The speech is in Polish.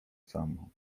samo